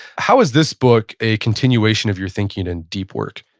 how is this book a continuation of your thinking in deep work?